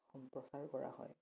সম্প্ৰচাৰ কৰা হয়